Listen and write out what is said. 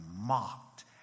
mocked